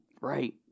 Right